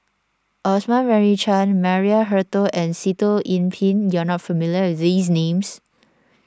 Osman Merican Maria Hertogh and Sitoh Yih Pin you are not familiar with these names